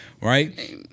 right